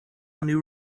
new